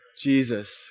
Jesus